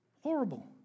Horrible